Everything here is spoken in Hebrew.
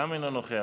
גם הוא אינו נוכח.